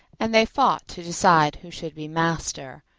and they fought to decide who should be master.